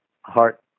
heart